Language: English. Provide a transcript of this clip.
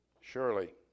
Surely